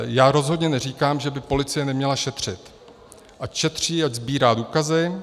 Já rozhodně neříkám, že by policie neměla šetřit, ať šetří a sbírá důkazy.